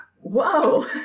Whoa